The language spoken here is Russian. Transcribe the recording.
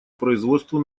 производству